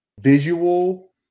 visual